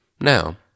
Now